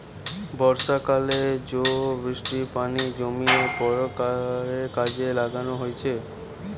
বর্ষাকালে জো বৃষ্টির পানি জমিয়ে পরে কাজে লাগানো হয়েটে